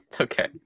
Okay